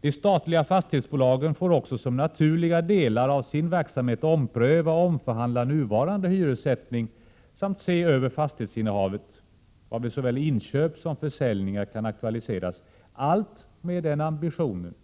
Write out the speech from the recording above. De statliga fastighetsbolagen får också som naturliga delar av sin verksamhet ompröva och omförhandla nuvarande hyressättning samt se över fastighetsinnehavet, varvid såväl inköp som försäljningar kan aktualiseras, allt med ambitionen